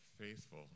faithful